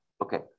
Okay